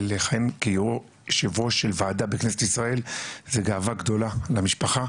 ולכהן כיו"ר יושב-ראש של ועדה בכנסת ישראל זו גאווה גדולה למשפחה,